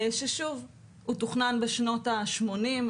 ששוב הוא תוכנן בשנות השמונים,